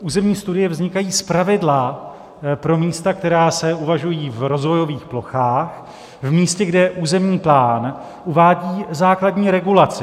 Územní studie vznikají zpravidla pro místa, která se uvažují v rozvojových plochách, v místech, kde územní plán uvádí základní regulaci.